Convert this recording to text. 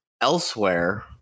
elsewhere